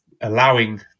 allowing